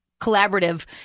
collaborative